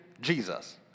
Jesus